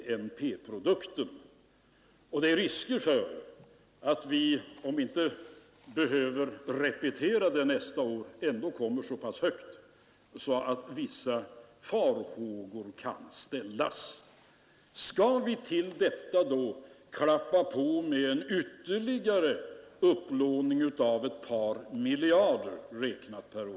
Det finns risker för att vi nästa år — även om det inte behöver bli en exakt repetition — kommer så pass högt att vissa farhågor kan ställas. Skall vi till detta då klappa på med en ytterligare upplåning av ett par miljarder, räknat per år?